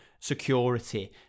security